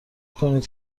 کنید